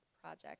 project